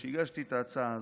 כשהגשתי את ההצעה הזאת,